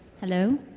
Hello